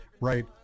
right